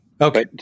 Okay